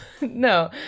No